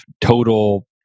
total